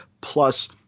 Plus